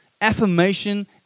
affirmation